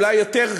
אולי יותר,